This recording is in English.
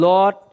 Lord